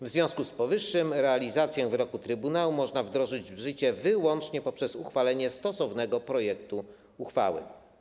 W związku z powyższym realizację wyroku trybunału można wdrożyć w życie wyłącznie poprzez uchwalenie stosownego projektu uchwały.